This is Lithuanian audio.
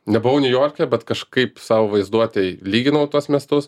nebuvau niujorke bet kažkaip sau vaizduotėj lyginau tuos miestus